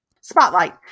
Spotlight